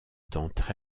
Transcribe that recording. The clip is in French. d’entre